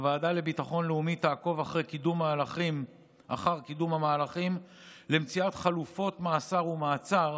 הוועדה לביטחון לאומי תעקוב אחר קידום המהלכים למציאת חלופות מאסר ומעצר